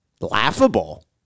laughable